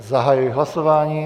Zahajuji hlasování.